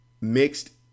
mixed